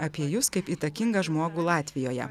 apie jus kaip įtakingą žmogų latvijoje